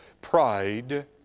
pride